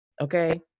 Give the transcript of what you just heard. Okay